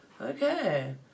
Okay